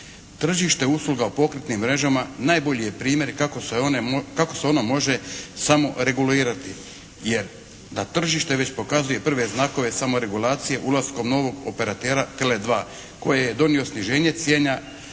Tržište usluga u pokretnim mrežama najbolji je primjer kako se ona može samo regulirati, jer da tržište već pokazuje prve znakove samoregulacije ulaskom novog operatera TELE2 koje je donio sniženje cijena,